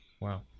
Wow